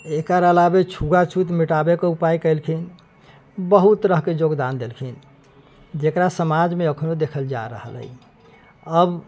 एकर अलावे छुआछूत मिटाबे के उपाय केलखिन बहुत तरह के योगदान देलखिन जेकरा समाज मे अखनो देखल जा रहल अछि अब